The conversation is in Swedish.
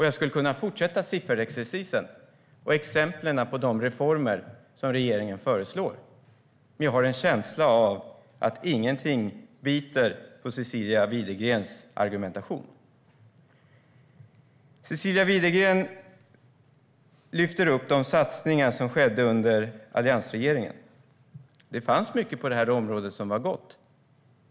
Jag skulle kunna fortsätta sifferexercisen och exemplen på de reformer som regeringen föreslår. Men jag har en känsla av att ingenting biter på Cecilia Widegrens argumentation. Cecilia Widegren lyfter upp de satsningar som skedde under alliansregeringen. Det fanns mycket på det området som var gott.